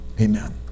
Amen